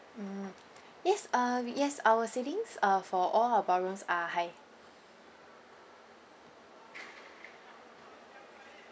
mm yes uh yes our ceilings uh for all our ballrooms are high